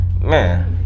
Man